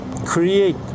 create